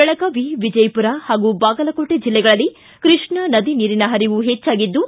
ಬೆಳಗಾವಿ ವಿಜಯಪುರ ಹಾಗೂ ಬಾಗಲಕೋಟೆ ಜಿಲ್ಲೆಗಳಲ್ಲಿ ಕೃಷ್ಣಾ ನದಿ ನೀರಿನ ಹರಿವು ಹೆಚ್ಚಾಗಿದ್ದು